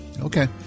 Okay